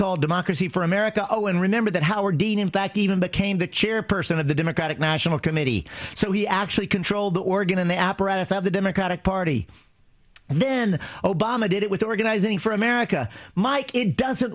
called democracy for america and remember that howard dean in fact even became the chairperson of the democratic national committee so he actually controlled the organ and the apparatus of the democratic party and then obama did it with organizing for america mike it doesn't